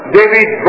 David